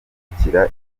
gupakira